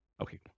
Okay